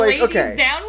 okay